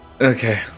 Okay